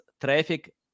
traffic